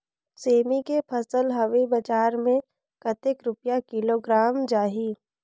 सेमी के फसल हवे बजार मे कतेक रुपिया किलोग्राम जाही?